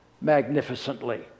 magnificently